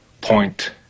point